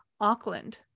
Auckland